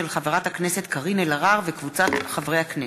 של חברת הכנסת קארין אלהרר וקבוצת חברי הכנסת.